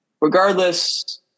regardless